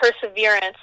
Perseverance